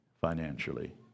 financially